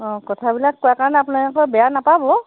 অঁ কথাবিলাক কোৱাৰ কাৰণে আপোনালোকে বেয়া নাপাব